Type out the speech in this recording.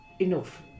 enough